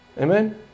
Amen